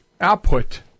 output